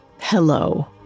Hello